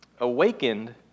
awakened